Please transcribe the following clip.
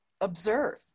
observe